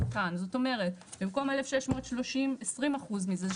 זאת אומרת במקום 1,630 - 20% מזה.